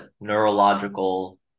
neurological